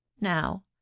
Now